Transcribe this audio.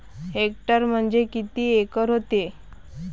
Hectare म्हणजे किती acre व्हते?